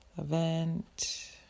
event